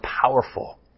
powerful